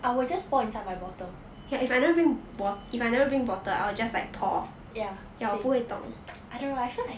I will just pour inside my bottle ya same I don't know I feel like